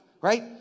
right